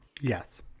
Yes